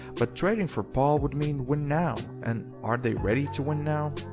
but trading for paul would mean win now, and are they ready to win now,